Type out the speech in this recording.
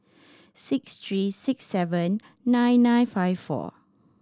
six three six seven nine nine five four